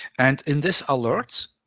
and in this alert,